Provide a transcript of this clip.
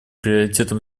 приоритетом